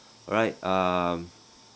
alright um